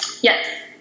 Yes